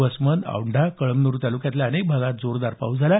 वसमत औंढा कळमन्री ताल्क्यातील अनेक भागात जोरदार पाऊस झाला